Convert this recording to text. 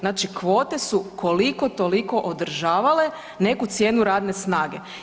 Znači, kvote su koliko toliko održavale neku cijenu radne snage.